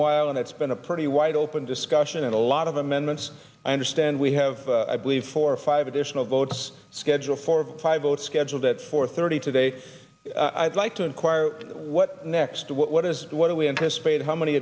while and it's been a pretty wide open discussion and a lot of amendments i understand we have i believe four or five additional votes scheduled for five votes scheduled at four thirty today i'd like to inquire what next what is what do we anticipate how many